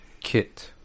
Kit